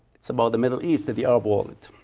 it's about the middle east, the the arab world.